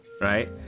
Right